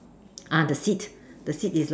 uh the seeds the seeds is like